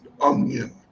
onion